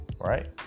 Right